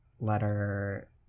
letter